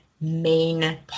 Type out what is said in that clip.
main